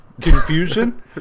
Confusion